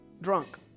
Drunk